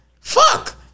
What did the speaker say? Fuck